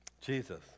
Jesus